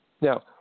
Now